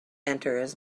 enters